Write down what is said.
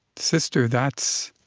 sister, that's